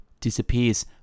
disappears